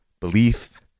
belief